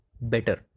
better